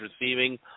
receiving